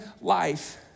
life